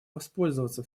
воспользоваться